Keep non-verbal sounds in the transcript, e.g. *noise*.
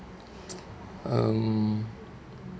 *noise* um